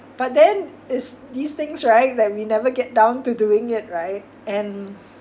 but then it's these things right that we never get down to doing it right and